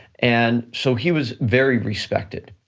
and so he was very respected.